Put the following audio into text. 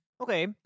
Okay